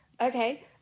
Okay